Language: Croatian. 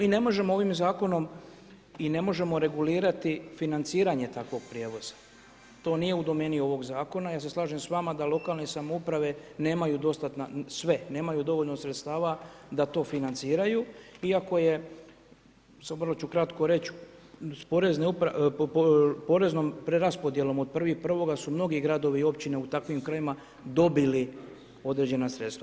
Mi ne možemo ovim zakonom i ne možemo regulirati financiranje takvog prijevoza, to nije u domeni ovog zakona. ja se slažem da lokalne samouprave nemaj dostatna, sve nemaju dovoljno sredstava da to financiraju iako je, samo ću kratko reći poreznom preraspodjelom od 1.1. su mnogi gradovi i općine u takvim krajevima dobili određena sredstva.